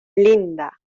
linda